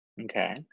okay